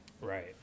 right